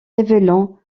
révélant